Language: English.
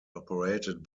operated